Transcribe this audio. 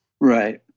Right